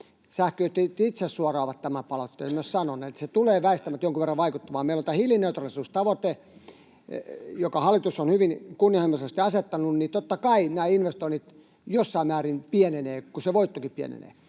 Sähköyhtiöt itse ovat suoraan tämän palautteen myös sanoneet. Se tulee väistämättä jonkun verran vaikuttamaan. Meillä on tämä hiilineutraalisuustavoite, jonka hallitus on hyvin kunnianhimoisesti asettanut, niin totta kai nämä investoinnit jossain määrin pienenevät, kun se voittokin pienenee.